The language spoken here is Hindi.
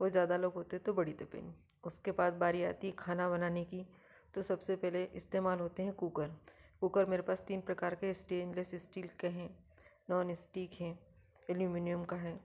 और ज्यादा लोग होते हैं तो बड़ी तपेली उसके बाद बारी आती है खाना बनाने की तो सबसे पहले इस्तेमाल होते हैं कूकर कूकर मेरे पास तीन प्रकार के स्टेनलेस स्टील कहें नॉन स्टीक हैं एल्युमीनियम का है